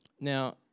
Now